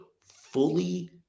fully